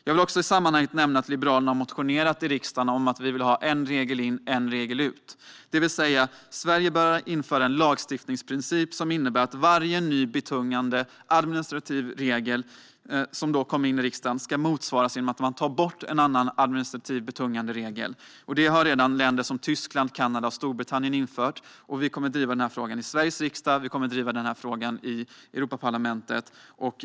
Jag vill också i sammanhanget nämna att Liberalerna har motionerat i riksdagen om att vi vill ha en regel in - en regel ut. Sverige bör alltså införa en lagstiftningsprincip som innebär att varje ny betungande administrativ regel som beslutas i riksdagen ska motsvaras av att man tar bort en annan betungande administrativ regel. Det har redan länder som Tyskland, Kanada och Storbritannien infört, och vi kommer att driva den här frågan i Sveriges riksdag och i Europaparlamentet.